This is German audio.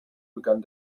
begann